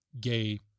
gay